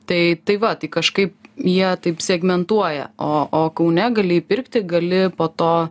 tai tai va tai kažkaip jie taip segmentuoja o o kaune gali įpirkti gali po to